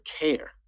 care